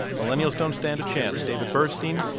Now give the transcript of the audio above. millennials don't stand a chance, david burstein.